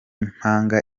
mpanga